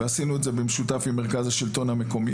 ועשינו את זה במשותף עם מרכז השלטון המקומי.